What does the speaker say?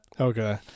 Okay